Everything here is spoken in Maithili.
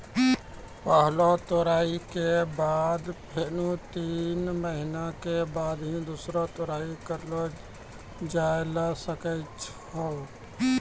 पहलो तुड़ाई के बाद फेनू तीन महीना के बाद ही दूसरो तुड़ाई करलो जाय ल सकै छो